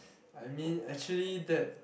I mean actually that